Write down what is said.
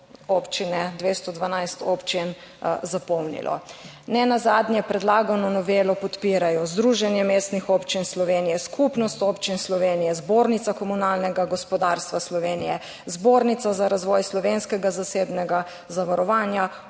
občine, 212 občin, zapomnilo. Nenazadnje predlagano novelo podpirajo Združenje mestnih občin Slovenije, Skupnost občin Slovenije, Zbornica komunalnega gospodarstva Slovenije, Zbornica za razvoj slovenskega zasebnega zavarovanja,